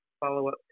follow-up